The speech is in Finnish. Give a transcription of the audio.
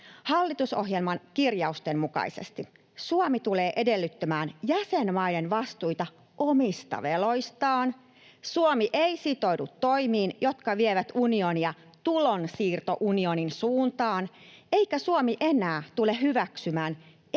Hallitusohjelman kirjausten mukaisesti Suomi tulee edellyttämään jäsenmaiden vastuita omista veloistaan eikä Suomi sitoudu toimiin, jotka vievät unionia tulonsiirtounionin suuntaan, eikä Suomi enää tule hyväksymään